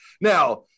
Now